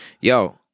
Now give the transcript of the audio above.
yo